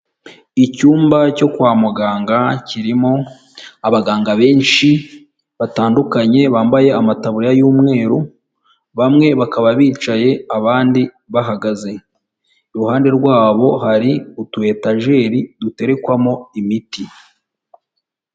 Icyumba cyo kwa muganga kirimo abaganga benshi batandukanye, bambaye amataburiya y'umweru, bamwe bakaba bicaye abandi bahagaze, iruhande rwabo hari utu etajeri duterekwamo imiti.